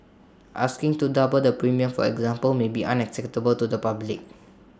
asking to double the premium for example may be unacceptable to the public